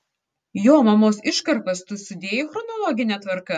jo mamos iškarpas tu sudėjai chronologine tvarka